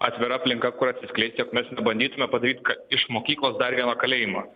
atvira aplinka kur atsiskleis jog mes nebandytume padaryt iš mokyklos dar vieno kalėjimo